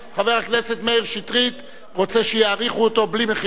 חבר הכנסת מאיר שטרית רוצה שיעריכו אותו בלי מחיאות כפיים.